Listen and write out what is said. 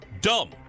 dumb